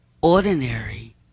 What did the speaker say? ordinary